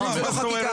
דיונים זה לא חקיקה.